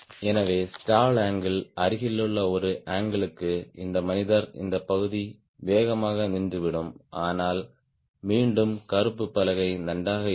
எனவே stall angle அருகிலுள்ள ஒரு அங்கிள் க்கு இந்த மனிதர் இந்த பகுதி வேகமாக நின்றுவிடும் ஆனால் மீண்டும் கருப்பு பலகை நன்றாக இருக்கும்